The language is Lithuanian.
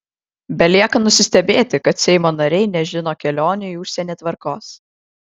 belieka nusistebėti kad seimo nariai nežino kelionių į užsienį tvarkos